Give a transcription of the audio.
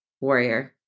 Warrior